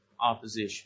opposition